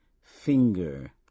finger